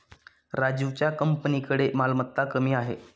राजीवच्या कंपनीकडे मालमत्ता कमी आहे